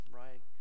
right